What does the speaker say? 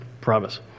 promise